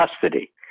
custody